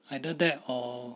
either that or